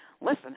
Listen